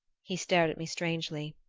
he stared at me strangely.